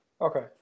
Okay